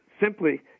simply